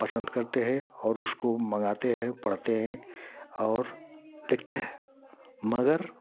पसंद करते हैं और उसको मंगाते हैं पढ़ते हैं और लिखते हैं मगर